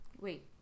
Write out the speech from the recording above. Wait